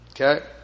Okay